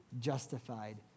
justified